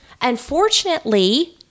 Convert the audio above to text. Unfortunately